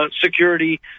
Security